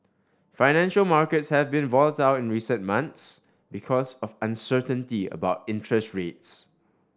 financial markets have been volatile in recent months because of uncertainty about interest rates